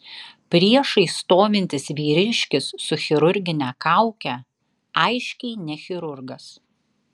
priešais stovintis vyriškis su chirurgine kauke aiškiai ne chirurgas